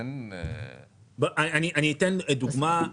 אני אתן דוגמה.